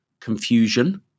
Confusion